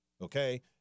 Okay